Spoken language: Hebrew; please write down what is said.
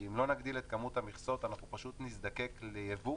כי אם לא נגדיל את כמות המכסות אנחנו פשוט נזדקק לייבוא,